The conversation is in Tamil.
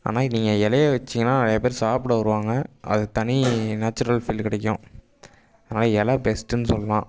ஆனால் நீங்கள் இலைய வைச்சிங்கன்னா நிறைய பேர் சாப்பிட வருவாங்க அது தனி நேச்சுரல் ஃபீலு கிடைக்கும் அதனால் இலை பெஸ்ட்டுன்னு சொல்லலாம்